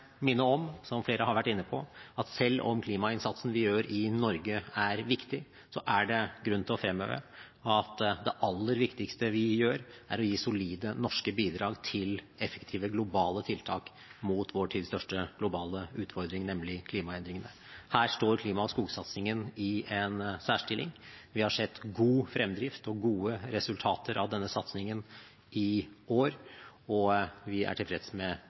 minne på, som flere har vært inne på, at selv om klimainnsatsen vi gjør i Norge, er viktig, er det grunn til å fremheve at det aller viktigste vi gjør, er å gi solide norske bidrag til effektive globale tiltak mot vår tids største globale utfordring, nemlig klimaendringene. Her står klima- og skogsatsingen i en særstilling. Vi har sett god fremdrift og gode resultater av denne satsingen i år, og vi er også tilfreds med